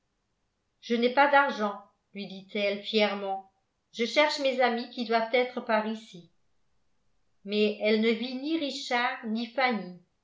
je n'ai pas d'argent lui dit-elle fièrement je cherche mes amis qui doivent être par ici mais elle ne vit ni richard ni fanny